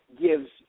gives